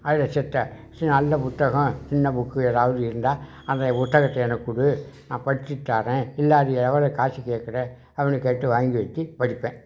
அதில் செத்த சில நல்ல புத்தகம் சின்ன புக்கு ஏதாவது இருந்தால் அந்த புத்தகத்தை எனக்கு குடு நான் படிச்சுட்டு தாரேன் இல்லை அது எவ்வளோ காசு கேட்குறேன் அப்படின்னு கேட்டு வாங்கி வச்சு படிப்பேன்